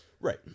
Right